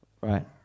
right